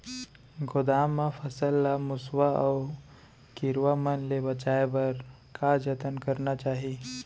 गोदाम मा फसल ला मुसवा अऊ कीरवा मन ले बचाये बर का जतन करना चाही?